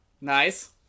Nice